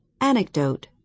Anecdote